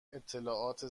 اطلاعات